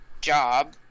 job